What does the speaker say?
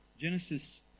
Genesis